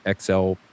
XL